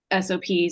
SOPs